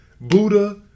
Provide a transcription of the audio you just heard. Buddha